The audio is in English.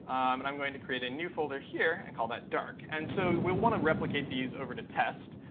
and i'm going to create a new folder here and call that dark. and so we'll want to replicate these over to test.